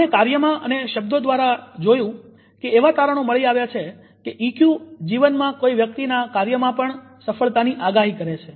આપણે કાર્યમાં અને શબ્દો દ્વારા જોયું કે એવા તારણો મળી આવ્યા છે કે ઇક્યુ જીવનમાં કોઈ વ્યક્તિના કાર્યમાં પણ સફળતાની આગાહી કરે છે